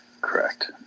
Correct